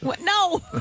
No